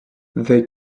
they